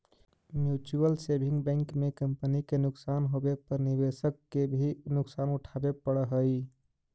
mutual saving bank में company के नुकसान होवे पर निवेशक के भी नुकसान उठावे पड़ऽ हइ